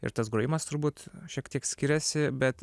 ir tas grojimas turbūt šiek tiek skiriasi bet